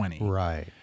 Right